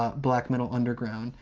ah black metal underground.